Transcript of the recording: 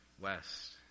West